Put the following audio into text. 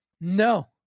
No